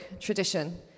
tradition